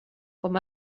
com